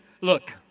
look